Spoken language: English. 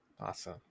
Awesome